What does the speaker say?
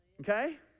Okay